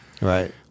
right